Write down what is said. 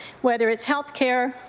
whether it's health care,